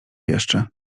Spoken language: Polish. jeszcze